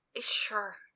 Sure